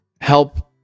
help